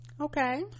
Okay